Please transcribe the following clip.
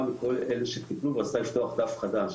מכל אלה שטיפלו והיא רצתה לפתוח דף חדש.